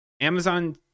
amazon